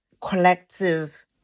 collective